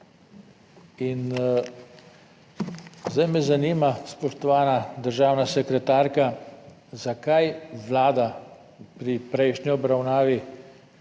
In zdaj me zanima, spoštovana državna sekretarka, zakaj Vlada pri prejšnji obravnavi,